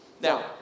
Now